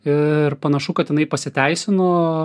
ir panašu kad jinai pasiteisino